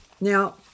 Now